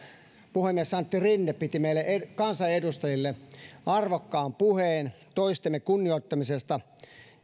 puhemies antti rinne piti meille kansanedustajille arvokkaan puheen toistemme kunnioittamisesta